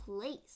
place